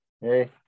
Hey